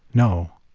no.